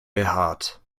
behaart